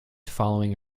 following